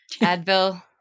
Advil